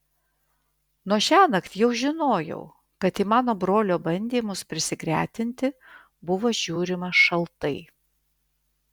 nuo šiąnakt jau žinojau kad į mano brolio bandymus prisigretinti buvo žiūrima šaltai